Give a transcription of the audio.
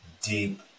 deep